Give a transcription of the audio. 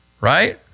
Right